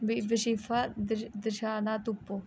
बजीफा दरखासतां तुप्पो